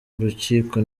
urukiko